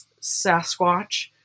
Sasquatch